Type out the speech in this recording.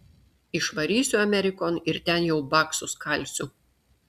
išvarysiu amerikon ir ten jau baksus kalsiu